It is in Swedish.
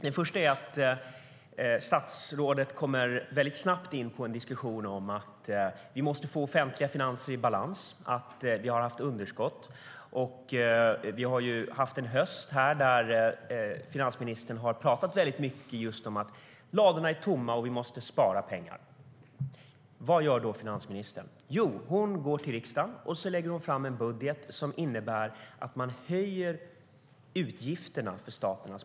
Det första är att statsrådet väldigt snabbt kommer in på en diskussion om att vi måste få offentliga finanser i balans och att vi har haft underskott. Vi har haft en höst då finansministern pratat mycket om att ladorna är tomma och att vi måste spara pengar. Vad gör då finansministern? Jo, hon går till riksdagen och lägger fram en budget som innebär att man höjer utgifterna för staten.